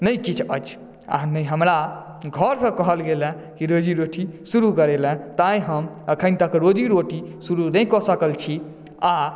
नहि किछु अछि आ नहि हमरा घर से कहल गेल यऽ रोजी रोटी शुरु करै लए ताहिमे अखन तक रोजी रोटी शुरु नहि कऽ सकल छी आ